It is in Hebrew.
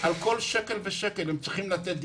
על כל שקל ושקל ועדת החמישה צריכים לתת דיווח.